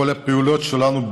כל הפעולות שלנו,